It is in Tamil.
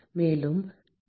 மேலும் நான் T